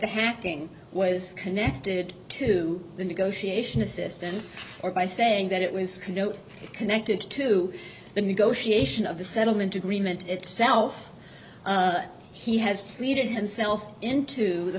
the hacking was connected to the negotiation assistance or by saying that it was connected to the negotiation of the settlement agreement itself he has pleaded himself into the